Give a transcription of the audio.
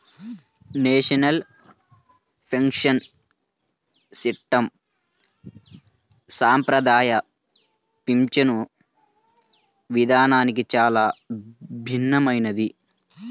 national pension system సంప్రదాయ పింఛను విధానానికి చాలా భిన్నమైనది